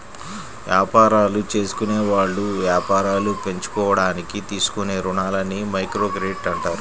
యాపారాలు జేసుకునేవాళ్ళు యాపారాలు పెంచుకోడానికి తీసుకునే రుణాలని మైక్రోక్రెడిట్ అంటారు